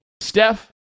Steph